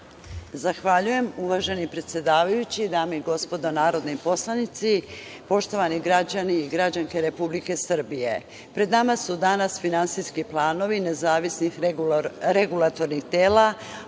Zahvaljujem. Uvaženi predsedavajući, dame i gospodo narodni poslanici, poštovani građani i građanke Republike Srbije, pred nama su danas finansijski planovi nezavisnih regulatornih tela,